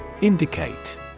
Indicate